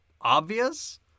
obvious